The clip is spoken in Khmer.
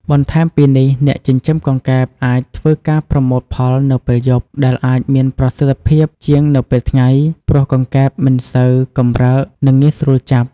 បន្ថែមពីនេះអ្នកចិញ្ចឹមកង្កែបអាចធ្វើការប្រមូលផលនៅពេលយប់ ដែលអាចមានប្រសិទ្ធភាពជាងនៅពេលថ្ងៃ ព្រោះកង្កែបមិនសូវកម្រើក និងងាយស្រួលចាប់។